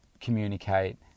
communicate